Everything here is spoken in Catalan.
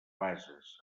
bases